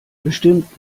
bestimmt